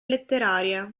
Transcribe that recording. letterarie